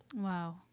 Wow